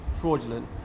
fraudulent